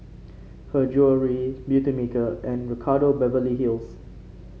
Her Jewellery Beautymaker and Ricardo Beverly Hills